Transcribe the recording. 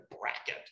bracket